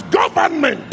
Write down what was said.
government